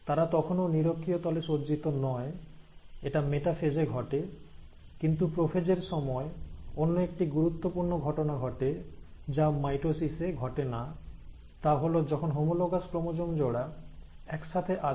তারা তখনও নিরক্ষীয় তলে সজ্জিত নয় এটা মেটাফেজ এ ঘটে কিন্তু প্রোফেজ এর সময় অন্য একটি গুরুত্বপূর্ণ ঘটনা ঘটে যা মাইটোসিসে ঘটে না তা হল যখন হোমোলোগাস ক্রোমোজোম জোড়া একসাথে আছে